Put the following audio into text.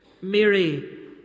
Mary